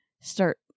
start